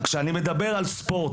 כשאני מדבר על ספורט,